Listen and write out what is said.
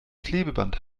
klebeband